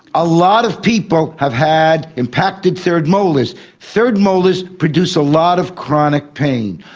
a lot of people have had impacted third molars. third molars produce a lot of chronic pain.